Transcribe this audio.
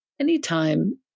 anytime